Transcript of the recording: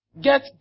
get